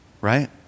right